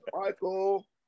Michael